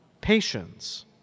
patience